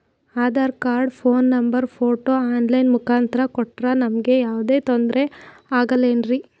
Aadhaar card, phone number, photo online ಮುಖಾಂತ್ರ ಕೊಟ್ರ ನಮಗೆ ಯಾವುದೇ ತೊಂದ್ರೆ ಆಗಲೇನ್ರಿ?